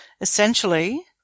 essentially